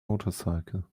motorcycle